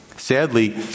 Sadly